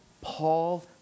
Paul